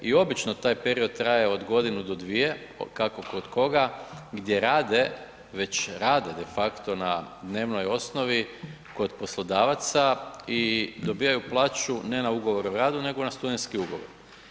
I obično taj period traje od godinu do dvije, kako kod koga, gdje rade, već rade de facto na dnevnoj osnovi kod poslodavaca i dobivaju plaću ne na ugovor o radu nego na studentski ugovor.